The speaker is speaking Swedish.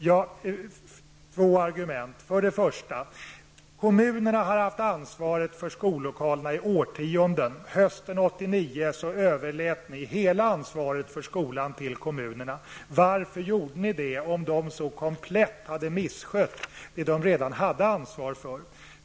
Jag vill anföra två argument. För det första: Kommunerna har haft ansvaret för skollokalerna i årtionden. Hösten 1989 överlämnade ni hela ansvaret för skolan till kommunerna. Varför gjorde ni det, om de så komplett hade missköt det som de redan hade ansvar för?